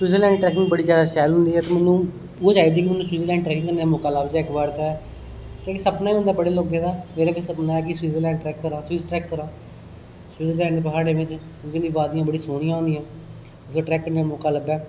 Switzerland trekking बड़ी ज्यादा शैल होंदी ऐ ते मेनू ओह् चाहिदी कि में स्बीटरलैंड ट्रैकिंग करने दा मौका लब्भे इक बारी ते क्योंकि सपना होंदा बडे़ बडे़ लोकें दा मेरा सपना है कि स्बीटरलैंड ट्रैक करां स्विट्जरलैंड दे प्हाडे़ं च क्योंकि उदी बदियां बड़ी सोह्नियां होदियां कुतै ट्रैक करने दा मौका लब्भे